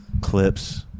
clips